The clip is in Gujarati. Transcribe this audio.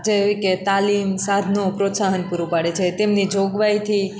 જેવી કે તાલીમ સાધનો પ્રોત્સાહન પૂરું પાડે છે તેમની જોગવાઈથી